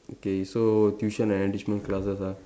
okay so tuition and enrichment classes ah